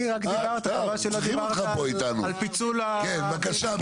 כן, בבקשה,